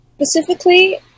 specifically